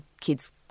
kids